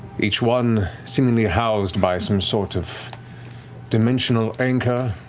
each one seemingly housed by some sort of dimensional anchor.